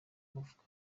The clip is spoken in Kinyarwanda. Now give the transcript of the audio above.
bavuga